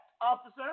officer